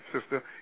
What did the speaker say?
sister